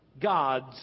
God's